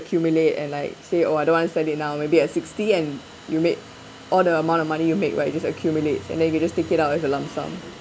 accumulate and like say I don't want to sell it now maybe at sixty and you make all the amount of money you make right just accumulates and then you just take it out as a lump sum